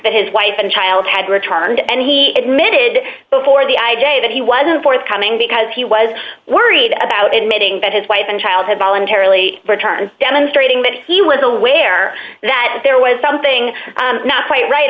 that his wife and child had returned and he admitted before the i j a that he wasn't forthcoming because he was worried about admitting that his wife and child had voluntarily returned demonstrating that he was aware that there was something not quite right